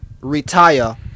retire